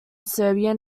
serbian